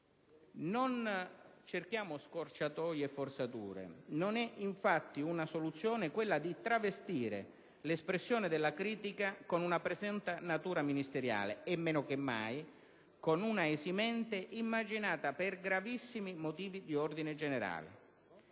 Non cerchiamo scorciatoie o forzature: infatti, non è una soluzione quella di travestire l'espressione della critica con una presunta natura ministeriale e, meno che mai, con una esimente immaginata per gravissimi motivi di ordine generale.